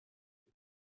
بود